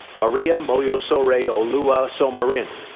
maria moyosoreoluwa somorin,